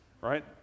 right